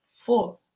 Four